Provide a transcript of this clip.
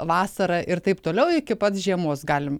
vasara ir taip toliau iki pat žiemos galim